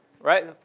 right